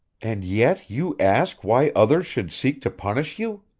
and yet you ask why others should seek to punish you?